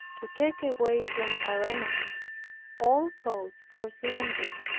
to take away from our enemies all cause for slander.